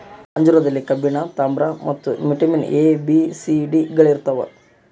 ಅಂಜೂರದಲ್ಲಿ ಕಬ್ಬಿಣ ತಾಮ್ರ ಮತ್ತು vitamin A B C D ಗಳಿರ್ತಾವ